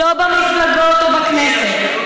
לא במפלגות או בכנסת,